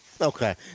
Okay